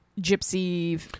gypsy